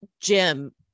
Jim